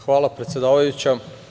Hvala predsedavajuća.